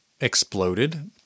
exploded